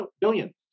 billion